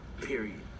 Period